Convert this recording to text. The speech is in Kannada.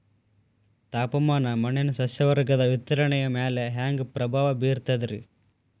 ತಾಪಮಾನ ಮಣ್ಣಿನ ಸಸ್ಯವರ್ಗದ ವಿತರಣೆಯ ಮ್ಯಾಲ ಹ್ಯಾಂಗ ಪ್ರಭಾವ ಬೇರ್ತದ್ರಿ?